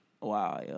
wow